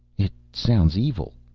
it sounds evil.